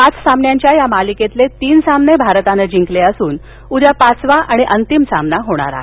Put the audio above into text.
पाच सामन्यांच्या या मालिकेतले तीन सामने भारतानं जिंकले असून उद्या पाचवा आणि अंतिम सामना होणार आहे